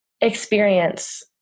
experience